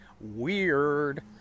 weird